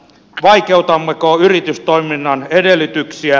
vaikeutammeko yritystoiminnan edellytyksiä